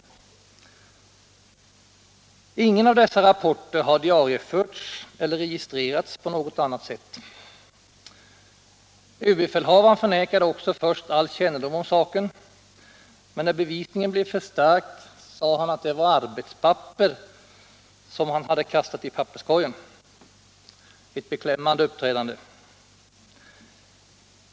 Ingen av dessa rapporter har diarieförts eller registrerats på något annat sätt. ÖB förnekade också först all kännedom om saken, men när bevisningen blev för stark, sade han att det var arbetspapper som han kastat i papperskorgen. Ett beklämmande uppträdande!